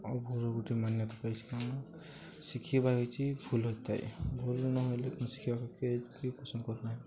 ଆଉ ଘରୁ ଗୋଟେ ମାନ୍ୟତା ପାଇଛି କ'ଣ ଶିଖିବା ହେଉଛି ଭୁଲ ହୋଇଥାଏ ଭୁଲ ନହେଲେ ମୁଁ ଶିଖିବାକୁ କେ କେହି ପସନ୍ଦ କରୁ ନାହିଁ